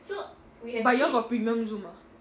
but you all got premium zoom ah